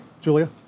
Julia